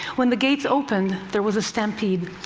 when the gates opened, there was a stampede,